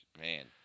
man